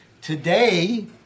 Today